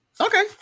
Okay